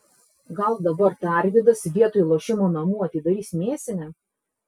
gal dabar tarvydas vietoj lošimo namų atidarys mėsinę